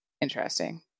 interesting